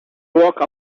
walked